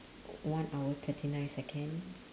one hour thirty nine second